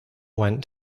went